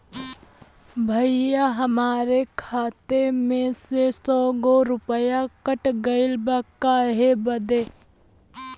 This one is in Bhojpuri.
भईया हमरे खाता मे से सौ गो रूपया कट गइल बा काहे बदे?